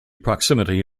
proximity